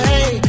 Hey